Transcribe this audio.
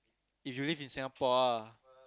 if you live in Singapore ah